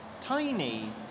tiny